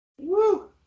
Woo